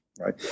right